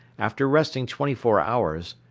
after resting twenty-four hours,